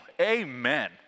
Amen